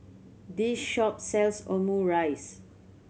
this shop sells Omurice